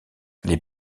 les